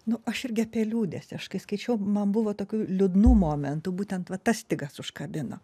nu aš irgi apie liūdesį aš kai skaičiau man buvo tokių liūdnų momentų būtent va tas stygas užkabino